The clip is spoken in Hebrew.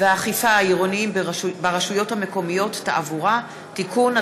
והאכיפה העירוניים ברשויות המקומיות (תעבורה) (תיקון),